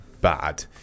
bad